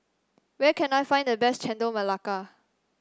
where can I find the best Chendol Melaka